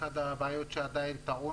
אחת הבעיות היא סמכות האכיפה,